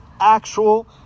actual